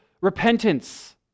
repentance